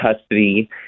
custody